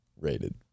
rated